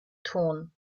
ton